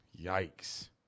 Yikes